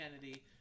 Kennedy